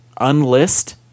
Unlist